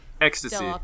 Ecstasy